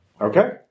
Okay